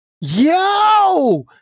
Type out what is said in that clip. yo